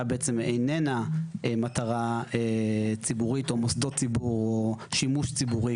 בעצם איננה מטרה ציבורית או מוסדות ציבור או שימוש ציבורי,